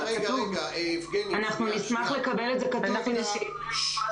אנחנו נשמח לקבל את זה כתוב --- אנחנו